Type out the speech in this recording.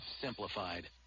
simplified